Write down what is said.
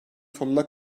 sonuna